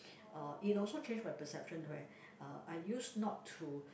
uh it also change my perception where uh I use not to